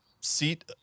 seat